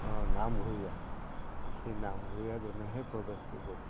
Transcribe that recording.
নামঘৰীয়া সেই নামঘৰীয়া জনেহে প্ৰৱেশ কৰিব পাৰে